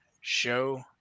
show